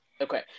okay